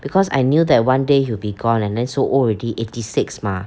because I knew that one day he will be gone and then so old already eighty six mah